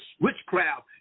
Witchcraft